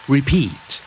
Repeat